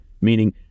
meaning